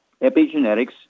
Epigenetics